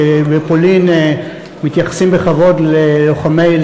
שבפולין מתייחסים בכבוד ללוחמי,